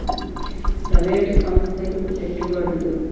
private సంస్థలు పెట్టుబడులు